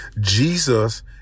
Jesus